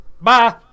Bye